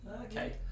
Okay